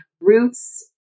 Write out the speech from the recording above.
roots